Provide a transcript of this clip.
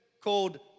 called